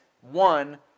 one